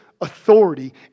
authority